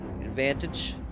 Advantage